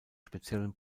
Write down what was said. speziellen